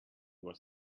was